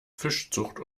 fischzucht